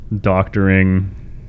doctoring